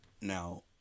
Now